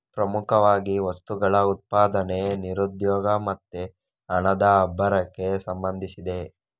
ಪ್ರಮುಖವಾಗಿ ವಸ್ತುಗಳ ಉತ್ಪಾದನೆ, ನಿರುದ್ಯೋಗ ಮತ್ತೆ ಹಣದ ಉಬ್ಬರಕ್ಕೆ ಸಂಬಂಧಿಸಿದೆ